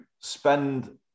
spend